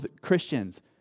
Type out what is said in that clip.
Christians